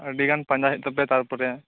ᱟ ᱰᱤᱜᱟᱱ ᱯᱟᱸᱡᱟ ᱦᱩᱭᱩᱜ ᱛᱟᱯᱮᱭᱟ ᱛᱟᱨᱯᱚᱨᱮ